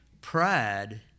pride